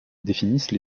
définissent